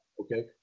okay